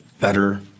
better